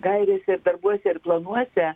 gairėse ir darbuose ir planuose